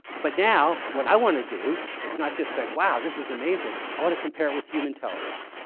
but now what i want to do is not just say, wow, this is amazing. i want to compare it with human intelligence.